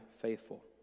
faithful